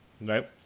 Right